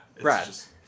Right